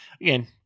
again